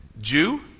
Jew